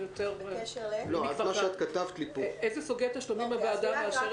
בקשר לשאלה אילו סוגי תשלומים הוועדה מאשרת.